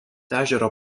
ežero